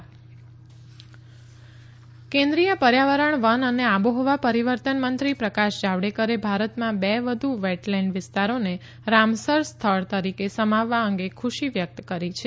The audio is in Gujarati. જાવડેકર રામસર કેન્દ્રીય પર્યાવરણ વન અને આબોહવા પરિવર્તન મંત્રી પ્રકાશ જાવડેકરે ભારતમાં બે વધુ વે લેન્ડ વિસ્તારોને રામસર સ્થળ તરીકે સમાવવા અંગે ખુશી વ્યક્ત કરી છે